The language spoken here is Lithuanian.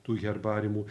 tų herbariumų